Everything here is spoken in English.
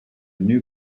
new